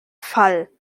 fall